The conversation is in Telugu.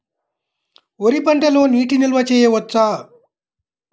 వరి పంటలో నీటి నిల్వ చేయవచ్చా?